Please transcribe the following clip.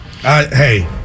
Hey